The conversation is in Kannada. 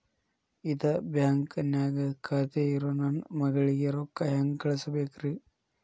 ಇದ ಬ್ಯಾಂಕ್ ನ್ಯಾಗ್ ಖಾತೆ ಇರೋ ನನ್ನ ಮಗಳಿಗೆ ರೊಕ್ಕ ಹೆಂಗ್ ಕಳಸಬೇಕ್ರಿ?